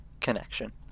connection